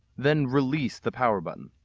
then release the power button.